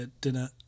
dinner